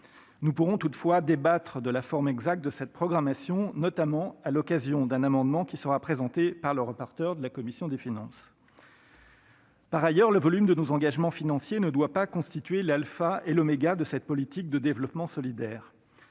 Nous pourrons toutefois débattre de la forme exacte de cette programmation, notamment à l'occasion d'un amendement qui sera présenté par le rapporteur pour avis de la commission des finances. Par ailleurs, le volume de nos engagements financiers ne doit pas constituer l'alpha et l'oméga de cette politique de développement solidaire.